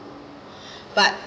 but